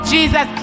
Jesus